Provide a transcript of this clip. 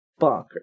bonkers